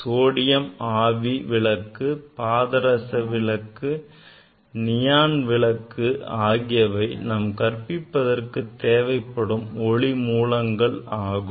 sodium ஆவி விளக்கு பாதரச ஆவி விளக்கு நியான் விளக்கு ஆகியவை நாம் கற்பிப்பதற்கு தேவைப்படும் ஒளி மூலங்கள் ஆகும்